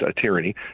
tyranny